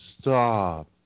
stop